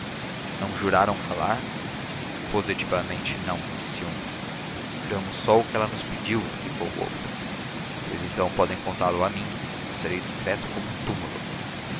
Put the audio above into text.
não juraram calar positivamente não disse um juramos só o que ela nos pediu explicou o outro pois então podem contá-lo a mim eu serei discreto como um túmulo